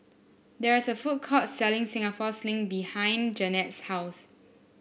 there is a food court selling Singapore Sling behind Jannette's house